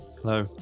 Hello